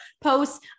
posts